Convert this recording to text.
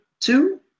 two